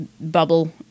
bubble